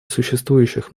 существующих